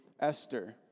Esther